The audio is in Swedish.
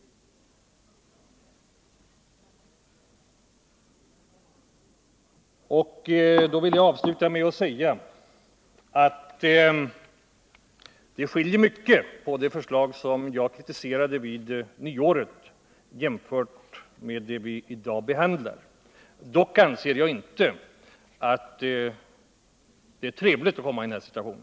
Jag vill avsluta med att säga att det skiljer mycket på det förslag jag kritiserade vid nyåret och det vi i dag behandlar. Dock anser jag inte att det är trevligt att komma i den här situationen.